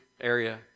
area